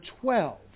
twelve